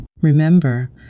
Remember